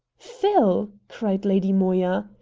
phil! cried lady moya.